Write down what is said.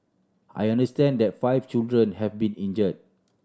I understand that five children have been injured